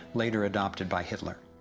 later adopted by hitler.